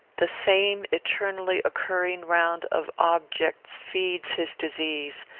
the same eternally-occurring round of objects feeds his disease,